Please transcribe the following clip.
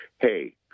Hey